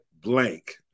blank